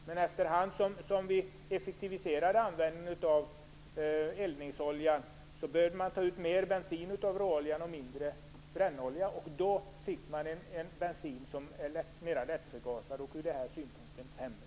Men efter hand som man effektiviserade användningen av eldningsolja behövde man ta ut mer bensin av råoljan och mindre brännolja, och då fick man en bensin som är mer lättförgasad och ur denna synpunkt sämre.